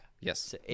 Yes